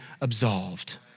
absolved